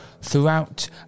throughout